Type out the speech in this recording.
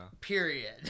Period